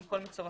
עם כל מצורפיהם.